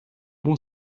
bon